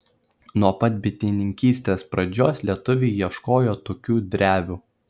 nuo pat bitininkystės pradžios lietuviai ieškojo tokių drevių